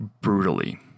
brutally